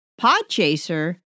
Podchaser